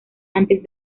antes